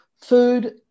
Food